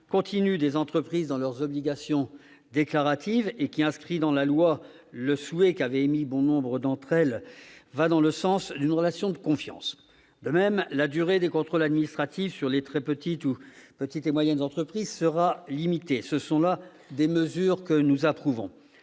continu des entreprises dans leurs obligations déclaratives et qui inscrit dans la loi le souhait qu'avaient émis bon nombre d'entre elles, va dans le sens d'une relation de confiance. De même, la durée des contrôles administratifs sur les TPE et les PME sera limitée. Ce sont là des mesures que nous approuvons.